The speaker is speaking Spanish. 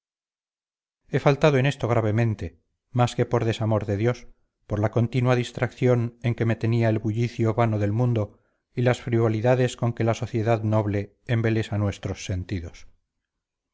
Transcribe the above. he faltado en esto gravemente más que por desamor de dios por la continua distracción en que me tenía el bullicio vano del mundo y las frivolidades con que la sociedad noble embelesa nuestros sentidos